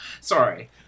Sorry